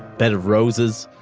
bed of roses.